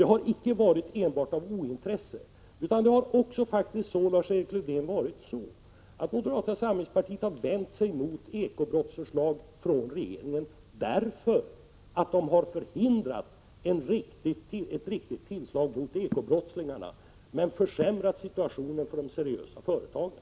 Det har således inte enbart varit fråga om ointresse, Lars-Erik Lövdén, utan moderata samlingspartiet har vänt sig mot regeringens förslag om ekobrott därför att de skulle ha förhindrat ett riktigt tillslag mot ekobrottslingarna, men försämrat situationen för de seriösa företagen.